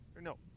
no